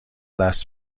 دست